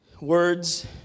words